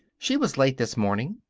she was late this morning.